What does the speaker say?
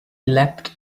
leapt